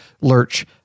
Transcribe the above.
Lurch